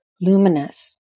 luminous